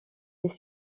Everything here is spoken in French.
les